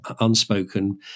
unspoken